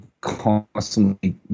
constantly